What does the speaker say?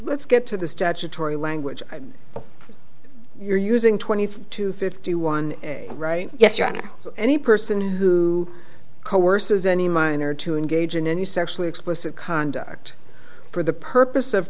let's get to the statutory language you're using twenty five to fifty one right yes your honor any person who coerces any minor to engage in a new sexually explicit conduct for the purpose of